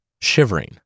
shivering